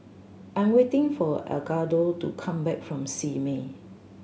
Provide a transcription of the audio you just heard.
I am waiting for Edgardo to come back from Simei